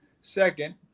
second